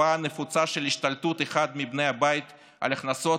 בתופעה הנפוצה של השתלטות אחד מבני הבית על ההכנסות